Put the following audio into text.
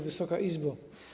Wysoka Izbo!